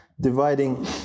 dividing